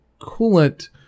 coolant